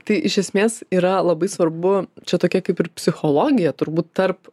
tai iš esmės yra labai svarbu čia tokia kaip ir psichologija turbūt tarp